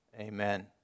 amen